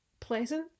pleasant